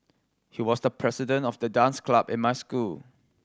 he was the president of the dance club in my school